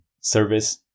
service